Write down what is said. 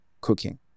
cooking